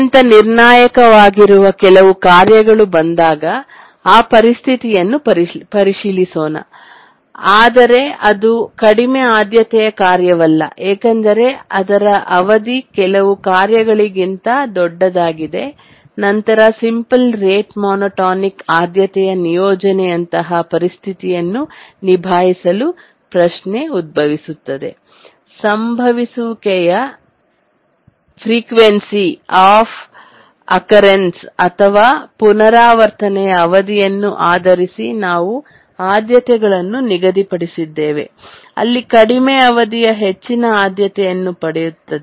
ಅತ್ಯಂತ ನಿರ್ಣಾಯಕವಾಗಿರುವ ಕೆಲವು ಕಾರ್ಯಗಳು ಬಂದಾಗ ಆ ಪರಿಸ್ಥಿತಿಯನ್ನು ಪರಿಶೀಲಿಸೋಣ ಆದರೆ ಅದು ಕಡಿಮೆ ಆದ್ಯತೆಯ ಕಾರ್ಯವಲ್ಲ ಏಕೆಂದರೆ ಅದರ ಅವಧಿ ಕೆಲವು ಕಾರ್ಯಗಳಿಗಿಂತ ದೊಡ್ಡದಾಗಿದೆ ನಂತರ ಸಿಂಪಲ್ ರೇಟ್ ಮೋನೋಟೋನಿಕ್ ಆದ್ಯತೆಯ ನಿಯೋಜನೆಯಂತಹ ಪರಿಸ್ಥಿತಿಯನ್ನು ನಿಭಾಯಿಸಲು ಪ್ರಶ್ನೆ ಉದ್ಭವಿಸುತ್ತದೆ ಸಂಭವಿಸುವಿಕೆಯ ಫ್ರಿಕ್ವೆನ್ಸಿ ಅಫ್ ಆಕ್ ರೆಂಸ್ ಅಥವಾ ಪುನರಾವರ್ತನೆಯ ಅವಧಿಯನ್ನು ಆಧರಿಸಿ ನಾವು ಆದ್ಯತೆಗಳನ್ನು ನಿಗದಿಪಡಿಸಿದ್ದೇವೆ ಅಲ್ಲಿ ಕಡಿಮೆ ಅವಧಿಯು ಹೆಚ್ಚಿನ ಆದ್ಯತೆಯನ್ನು ಪಡೆಯುತ್ತದೆ